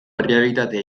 errealitate